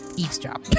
eavesdrop